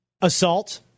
assault